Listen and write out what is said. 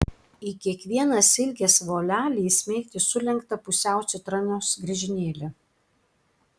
į kiekvieną silkės volelį įsmeigti sulenktą pusiau citrinos griežinėlį